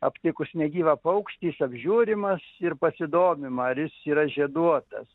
aptikus negyvą paukštį jis apžiūrimas ir pasidomima ar jis yra žieduotas